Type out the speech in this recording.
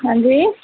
ਹਾਂਜੀ